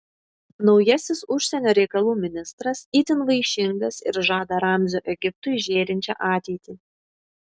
naujasis užsienio reikalų ministras itin vaišingas ir žada ramzio egiptui žėrinčią ateitį